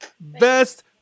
Best